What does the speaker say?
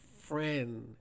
friend